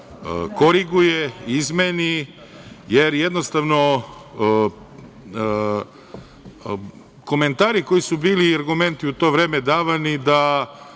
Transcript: koriguje, izmeni, jer jednostavno komentari koji su bili i argumenti u to vreme davani da